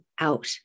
out